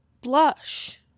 blush